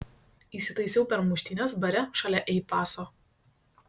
įsitaisiau per muštynes bare šalia ei paso